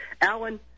Alan